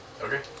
Okay